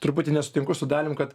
truputį nesutinku su dalium kad